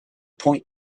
point